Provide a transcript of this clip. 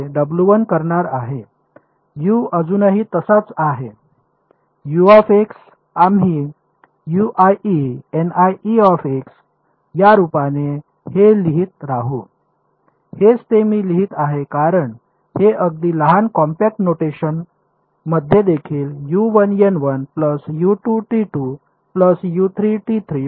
you अजूनही तसाच आहे आम्ही या रूपात हे लिहीत राहू हेच ते मी लिहित आहे कारण हे अगदी लहान कॉम्पॅक्ट नोटेशन मध्ये देखील जे आहे ते बरोबरीचे आहे